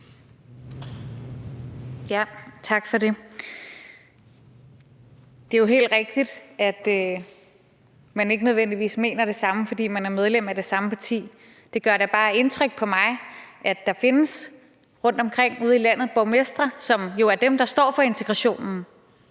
Tak for det. Det er jo helt rigtigt, at man ikke nødvendigvis mener det samme, fordi man er medlem af det samme parti. Det gør da bare indtryk på mig, at der rundtomkring ude i landet findes borgmestre – dem, der står for integrationen